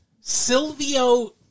Silvio